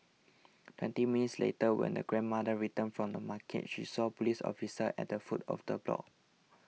twenty minutes later when the grandmother returned from the market she saw police officers at the foot of the block